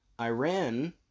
Iran